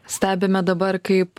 stebime dabar kaip